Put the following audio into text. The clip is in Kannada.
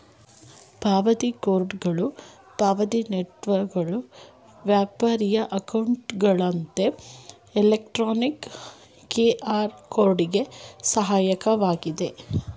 ಪಾವತಿ ಕಾರ್ಡ್ಗಳು ಪಾವತಿ ನೆಟ್ವರ್ಕ್ಗಳು ವ್ಯಾಪಾರಿ ಅಕೌಂಟ್ಗಳಂತಹ ಎಲೆಕ್ಟ್ರಾನಿಕ್ ಕ್ಯೂಆರ್ ಕೋಡ್ ಗೆ ಸಹಾಯಕವಾಗಿದೆ